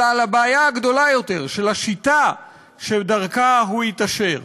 אלא על הבעיה הגדולה יותר של השיטה שדרכה הוא התעשר.